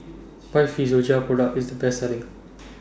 Physiogel Product IS The Best Selling